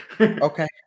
Okay